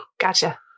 Gotcha